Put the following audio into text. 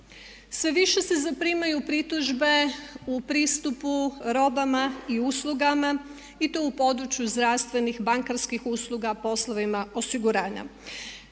Sve više se zaprimaju pritužbe u pristupu robama i uslugama i to u području zdravstvenih, bankarskih usluga, poslovima osiguranja.